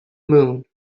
moon